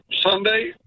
Sunday